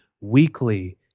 weekly